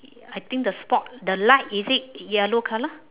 I think the spot the light is it yellow colour